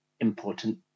important